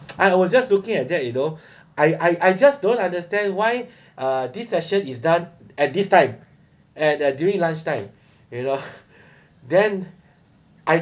I was just looking at that you know I I I just don't understand why uh this session is done at this time at uh during lunch time you know then I